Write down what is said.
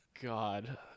God